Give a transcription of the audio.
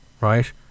right